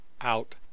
out